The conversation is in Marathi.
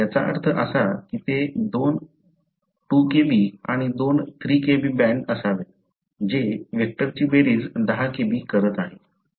याचा अर्थ असा की तेथे दोन 2 Kb आणि दोन 3 KB बँड असावेत जे व्हेक्टरची बेरीज 10 Kb करत आहे